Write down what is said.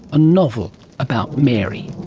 a novel about mary.